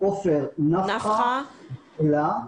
"עופר", "נפחא" ו"אלה"